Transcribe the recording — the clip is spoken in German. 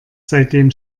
seitdem